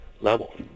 level